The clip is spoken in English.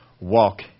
walk